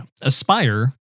Aspire